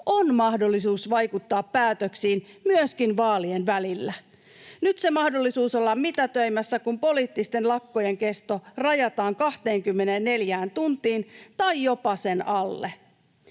on mahdollisuus vaikuttaa päätöksiin myöskin vaalien välillä. Nyt se mahdollisuus ollaan mitätöimässä, kun poliittisten lakkojen kesto rajataan 24 tuntiin tai jopa sen alle.